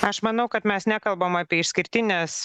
aš manau kad mes nekalbam apie išskirtines